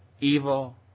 evil